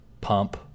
pump